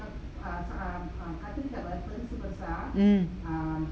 mm